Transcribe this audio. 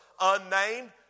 Unnamed